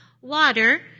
water